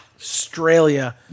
Australia